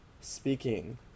speaking